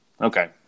Okay